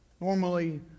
Normally